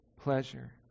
pleasure